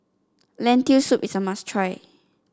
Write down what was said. Lentil Soup is a must try